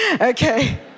okay